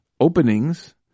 openings